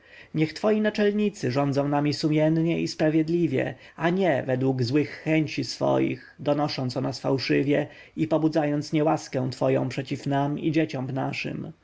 niech twoi naczelnicy rządzą nami sumiennie i sprawiedliwie a nie według złych chęci swoich donosząc o nas fałszywie i pobudzając niełaskę twoją przeciw nam i dzieciom naszym